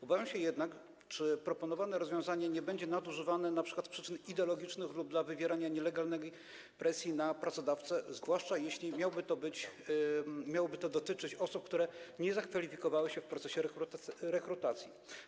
Obawiam się jednak, czy proponowane rozwiązanie nie będzie nadużywane np. z przyczyn ideologicznych lub dla wywierania nielegalnej presji na pracodawcę, zwłaszcza jeśli miałoby to dotyczyć osób, które nie zakwalifikowały się w procesie rekrutacji.